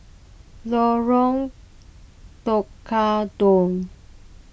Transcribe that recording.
Lorong Tukang Dua